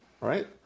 Right